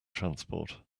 transport